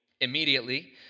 Immediately